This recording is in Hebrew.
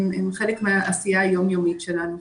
הם חלק מהעשייה היום-יומית שלנו.